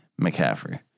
McCaffrey